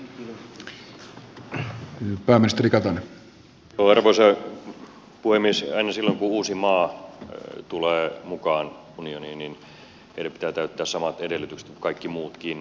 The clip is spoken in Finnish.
aina silloin kun uusi maa tulee mukaan unioniin heidän pitää täyttää samat edellytykset kuin kaikkien muidenkin